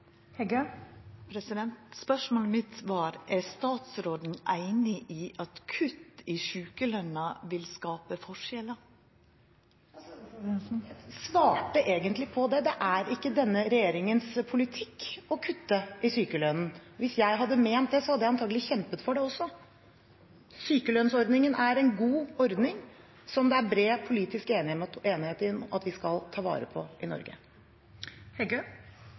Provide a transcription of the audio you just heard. Spørsmålet mitt var: Er statsråden einig i at kutt i sjukeløna vil skapa forskjellar? Jeg svarte egentlig på det. Det er ikke denne regjeringens politikk å kutte i sykelønnen. Hvis jeg hadde ment det, hadde jeg antakelig kjempet for det også. Sykelønnsordningen er en god ordning som det er bred politisk enighet om at vi skal ta vare på i